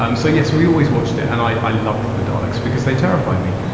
um so yes, we always watched it, and i loved the daleks because they terrified me.